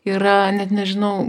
yra net nežinau